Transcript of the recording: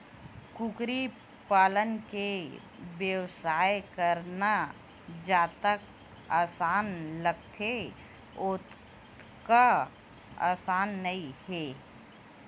कुकरी पालन के बेवसाय करना जतका असान लागथे ओतका असान नइ हे